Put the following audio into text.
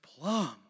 Plum